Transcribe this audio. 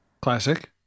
Classic